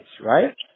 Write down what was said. right